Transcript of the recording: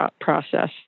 process